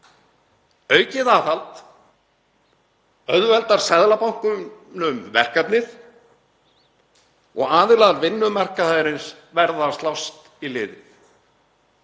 Aukið aðhald auðveldar Seðlabankanum verkefnið og aðilar vinnumarkaðarins verða að slást í liðið.